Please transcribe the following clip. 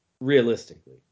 realistically